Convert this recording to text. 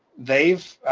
they've,